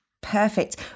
Perfect